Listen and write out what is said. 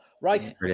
Right